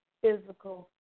physical